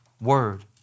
word